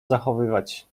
zachowywać